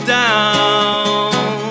down